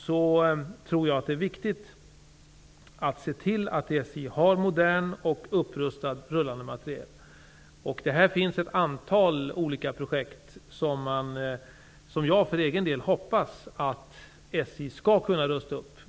Jag tror att det är viktigt att SJ har modern och upprustad rullande materiel. Här finns ett antal olika projekt som jag för egen del hoppas att SJ skall kunna rusta upp.